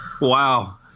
Wow